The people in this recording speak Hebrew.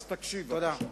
תודה רבה.